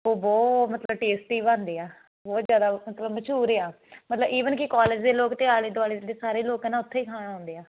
ਉਹ ਬਹੁਤ ਮਤਲਬ ਟੇਸਟੀ ਬਣਦੇ ਆ ਬਹੁਤ ਜ਼ਿਆਦਾ ਮਤਲਬ ਮਸ਼ਹੂਰ ਆ ਮਤਲਬ ਈਵਨ ਕਿ ਕੋਲਜ ਦੇ ਲੋਕ ਅਤੇ ਆਲੇ ਦੁਆਲੇ ਦੇ ਸਾਰੇ ਲੋਕ ਨਾ ਉੱਥੇ ਹੀ ਖਾਣ ਆਉਂਦੇ ਆ